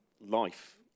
life